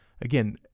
again